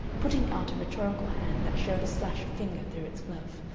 putting out a rhetorical hand that showed a slash of finger through its glove.